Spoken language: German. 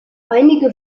einige